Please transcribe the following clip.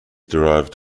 derived